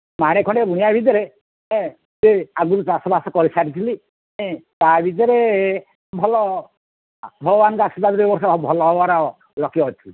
ମାଣେ ଖଣ୍ଡେ ବୁଣିବା ଭିତରେ ଆଗରୁ ଚାଷବାସ କରି ସାରିଥିଲି ତା'ଭିତରେ ଭଲ ଭଗବାନଙ୍କ ଆଶୀର୍ବାଦରୁ ଏ ବର୍ଷ ଭଲ ହେବାର ଲକ୍ଷ୍ୟ ଅଛି